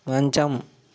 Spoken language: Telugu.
మంచం